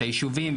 ואת היישובים,